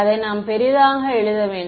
அதை நாம் பெரிதாக எழுத வேண்டும்